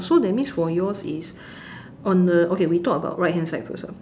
so that means for yours is on the okay we talk about right hand side first ah